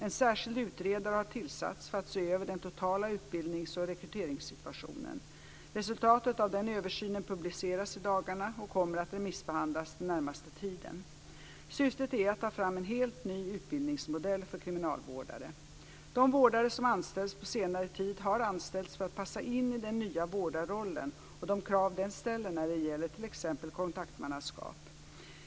En särskild utredare har tillsatts för att se över den totala utbildnings och rekryteringssituationen. Resultatet av den översynen publiceras i dagarna och kommer att remissbehandlas den närmaste tiden. Syftet är att ta fram en helt ny utbildningsmodell för kriminalvårdare. De vårdare som anställts på senare tid har anställts för att passa in i den nya vårdarrollen och de krav den ställer när det gäller t.ex. kontaktmannaskap.